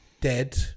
dead